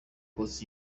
kotsa